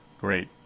Great